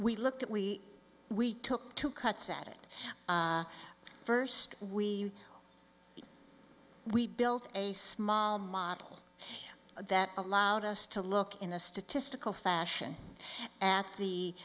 we look at we we took two cuts out it first we we built a smile model that allowed us to look in a statistical fashion at the